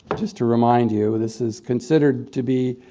just to remind you. this is considered to be,